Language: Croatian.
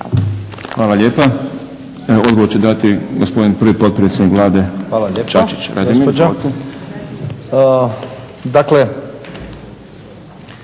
Hvala lijepa. Odgovor će dati gospodin prvi potpredsjednik Vlade Radimir Čačić.